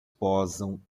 posam